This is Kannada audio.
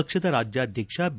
ಪಕ್ಷದ ರಾಜ್ಯಾಧ್ವಕ್ಷ ಬಿ